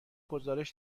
گزارش